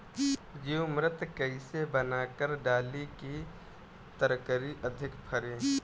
जीवमृत कईसे बनाकर डाली की तरकरी अधिक फरे?